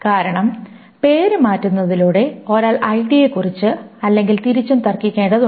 കാരണം പേര് മാറ്റുന്നതിലൂടെ ഒരാൾ ഐഡിയെക്കുറിച്ച് അല്ലെങ്കിൽ തിരിച്ചും തർക്കിക്കേണ്ടതുണ്ട്